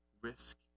risk